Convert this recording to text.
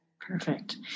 Perfect